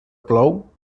plou